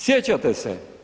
Sjećate se?